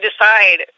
decide